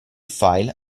file